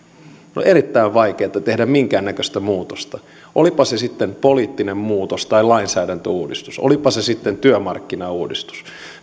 on erittäin vaikeata tehdä minkäännäköistä muutosta olipa se sitten poliittinen muutos tai lainsäädäntöuudistus olipa se sitten työmarkkinauudistus